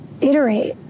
iterate